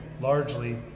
Largely